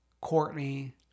Courtney